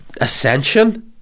ascension